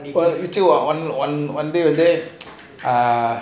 one one one வந்து:vanthu ah